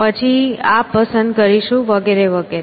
પછી આ પસંદ કરીશું વગેરે વગેરે